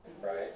Right